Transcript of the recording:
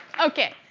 ok,